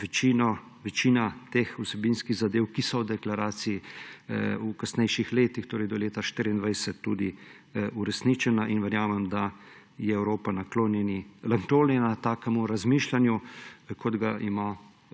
večina teh vsebinskih zadev, ki so v deklaraciji, v kasnejših letih, torej do leta 2024, tudi uresničena. Verjamem, da je Evropa naklonjena takemu razmišljanju, kot ga ima